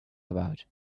about